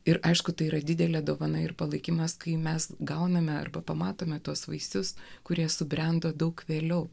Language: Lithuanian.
ir aišku tai yra didelė dovana ir palaikymas kai mes gauname arba pamatome tuos vaisius kurie subrendo daug vėliau